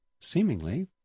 seemingly